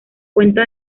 cuenta